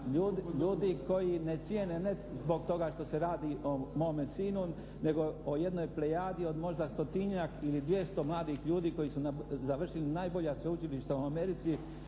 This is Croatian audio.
ljudi koji ne cijene, ne zbog toga što se radi o mome sinu, nego o jednoj plejadi od možda 100-tinjak ili 200 mladih ljudi koji su završili najbolja sveučilišta u Americi,